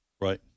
Right